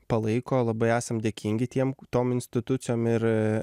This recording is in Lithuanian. palaiko labai esam dėkingi tiem tom institucijom ir